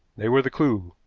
they were the clew.